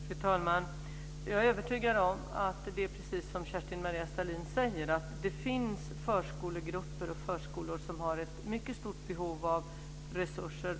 Fru talman! Jag är övertygad om att det är precis som Kerstin-Maria Stalin säger, nämligen att det finns förskolegrupper och förskolor som har ett mycket stort behov av resurser.